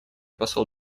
посол